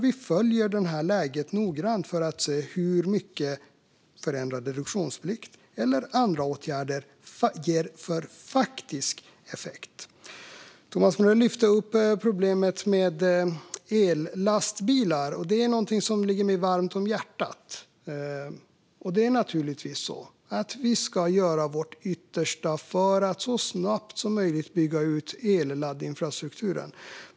Vi följer detta noggrant för att se vad en förändrad reduktionsplikt eller andra åtgärder ger för faktisk effekt. Thomas Morell lyfte upp problemet med ellastbilar. Det här är någonting som ligger mig varmt om hjärtat. Vi ska naturligtvis göra vårt yttersta för att så snabbt som möjligt bygga ut elladdinfrastrukturen.